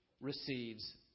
receives